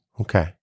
Okay